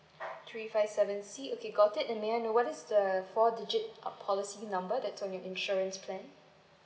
three five seven C okay got it and may I know what's the four digit of policy number that's on your insurance plan